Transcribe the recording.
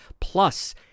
plus